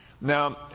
Now